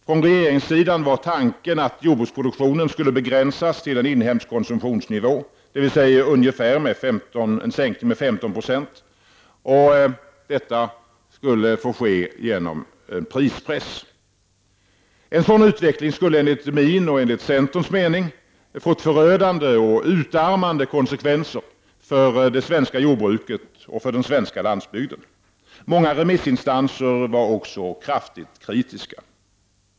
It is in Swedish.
Från regeringssidan var tanken att jordbruksproduktionen skulle begränsas till in hemsk konsumtionsnivå, dvs. sänkas med ungefär 15 96, och detta skulle få ske genom prispress. En sådan utveckling skulle enligt min och centerns mening ha fått förödande och utarmande konsekvenser för det svenska jordbuket och den svenska landsbygden. Många remissinstanser var också kraftigt kritiska.